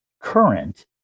current